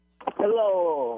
Hello